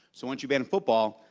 so once you ban football,